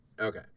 Okay